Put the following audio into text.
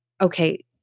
okay